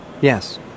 Yes